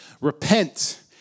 Repent